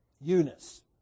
Eunice